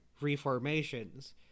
reformations